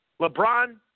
LeBron